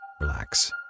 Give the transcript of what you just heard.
Relax